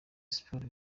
sports